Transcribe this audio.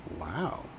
Wow